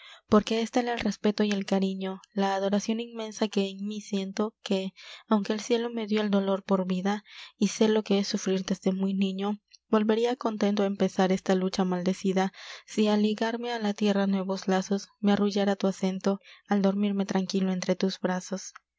porque es tal el respeto y el cariño la adoracion inmensa que en mí siento que aunque el cielo me dió el dolor por vida y sé lo que es sufrir desde muy niño volveria contento á empezar esta lucha maldecida si al ligarme á la tierra nuevos lazos me arrullara tu acento al dormirme tranquilo entre tus brazos